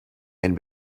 and